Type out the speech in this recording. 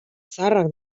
zaharrak